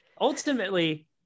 Ultimately